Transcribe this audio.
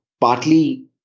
partly